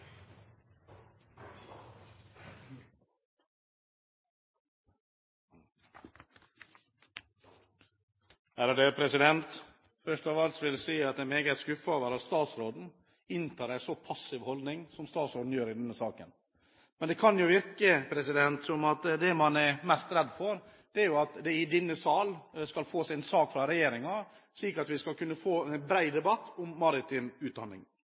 passiv holdning som hun gjør i denne saken. Det kan virke som om det man er mest redd for, er at denne sal skal få en sak fra regjeringen, slik at vi skal kunne få en bred debatt om maritim utdanning.